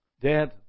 Dad